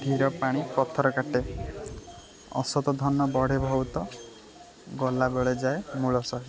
ଧୀର ପାଣି ପଥର କାଟେ ଅସତ ଧନ ବଢ଼େ ବହୁତ ଗଲାବେଳେ ଯାଏ ମୂଳ ସହିତ